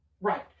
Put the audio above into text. Right